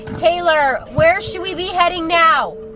taylor, where should we be heading now?